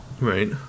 Right